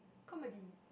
comedy